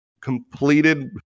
completed